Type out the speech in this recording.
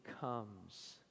comes